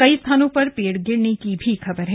कई स्थानों पर पेड़ गिरने की भी खबर है